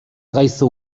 gaizto